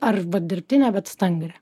arba dirbtinę bet stangrią